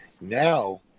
Now